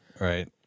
Right